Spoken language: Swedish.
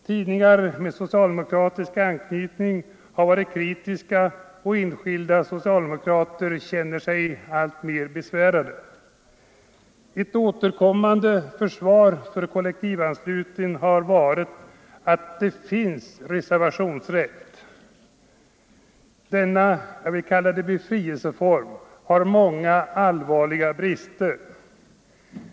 Tidningar med socialdemokratisk anknytning har varit kritiska och enskilda socialdemokrater känner sig alltmer besvärade. Ett återkommande försvar för kollektivanslutningen har varit att det finns reservationsrätt. Denna ”befrielseform” har många allvarliga bris ter.